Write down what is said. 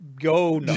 go